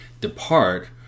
Depart